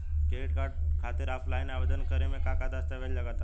Credit card खातिर offline आवेदन करे म का का दस्तवेज लागत बा?